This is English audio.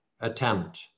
attempt